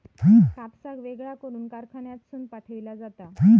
कापसाक वेगळा करून कारखान्यातसून पाठविला जाता